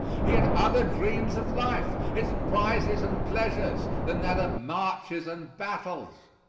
he had other dreams of life, its prizes and pleasures, than that of marches and battles.